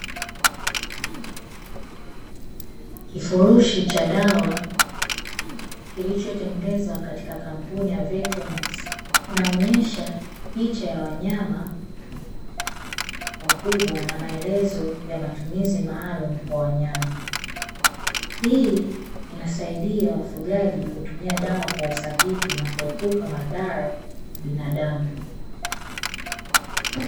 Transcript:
Kifurushi cha dawa kilichotengenezwa katika kampuni ya Vetenex inaonyesha picha ya wanyama wakubwa na maelezo ya matumizi maalumu kwa wanyama. Hii inasaidia wafugaji kutumia dawa kwa usahihi na kuepuka madhara kwa binadamu.